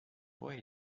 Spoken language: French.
voie